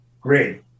great